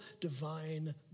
divine